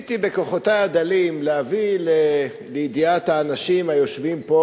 וניסיתי בכוחותי הדלים להביא לידיעת האנשים היושבים פה